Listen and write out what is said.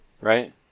right